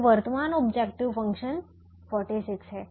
तो वर्तमान objective function 46 है